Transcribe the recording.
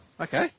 Okay